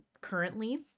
currently